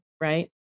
right